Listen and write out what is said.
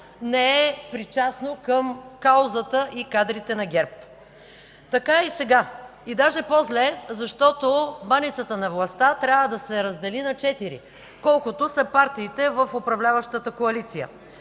не е причастно към каузата и кадрите на ГЕРБ. Така е и сега и дори е по-зле, защото баницата на властта трябва да се раздели на четири – колкото са партиите в управляващата коалиция.